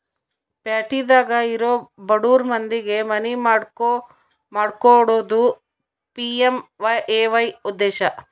ಪ್ಯಾಟಿದಾಗ ಇರೊ ಬಡುರ್ ಮಂದಿಗೆ ಮನಿ ಮಾಡ್ಕೊಕೊಡೋದು ಪಿ.ಎಮ್.ಎ.ವೈ ಉದ್ದೇಶ